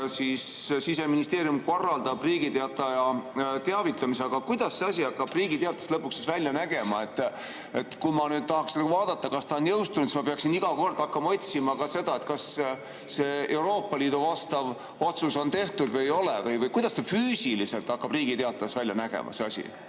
et Siseministeerium korraldab Riigi Teataja teavitamise. Aga kuidas see asi hakkab Riigi Teatajas lõpuks välja nägema? Kui ma tahaksin vaadata, kas see on jõustunud, siis ma peaksin iga kord hakkama otsima ka seda, kas see Euroopa Liidu vastav otsus on tehtud või ei ole. Kuidas see asi füüsiliselt hakkab Riigi Teatajas välja nägema, kui